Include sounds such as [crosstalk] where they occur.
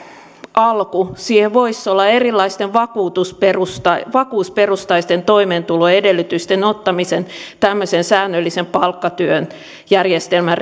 alku siihen voisi olla erilaisten vakuutusperustaisten vakuutusperustaisten toimeentuloedellytysten ottaminen tämmöisen säännöllisen palkkatyöjärjestelmän [unintelligible]